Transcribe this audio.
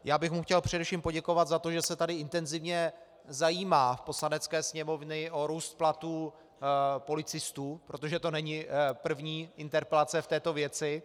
Já bych mu chtěl především poděkovat za to, že se tady intenzivně zajímá v Poslanecké sněmovně o růst platů policistů, protože to není první interpelace v této věci.